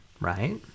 Right